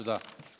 תודה רבה.